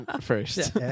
first